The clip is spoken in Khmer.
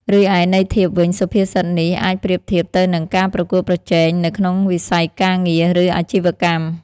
រីឯន័យធៀបវិញ សុភាសិតនេះអាចប្រៀបធៀបទៅនឹង ការប្រកួតប្រជែង នៅក្នុងវិស័យការងារ ឬអាជីវកម្ម។